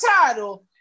title